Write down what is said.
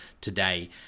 today